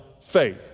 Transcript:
faith